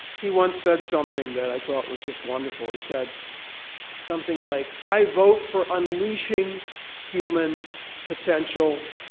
he once said something that i thought was just wonderful. he said something like i vote for unleashing human potential,